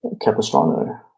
Capistrano